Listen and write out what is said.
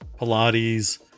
Pilates